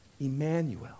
Emmanuel